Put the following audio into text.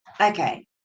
Okay